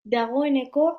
dagoeneko